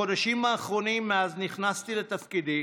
בחודשים האחרונים מאז נכנסתי לתפקידי,